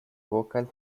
vocal